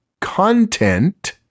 content